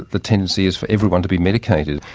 the tendency is for everyone to be medicated.